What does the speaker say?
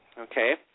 Okay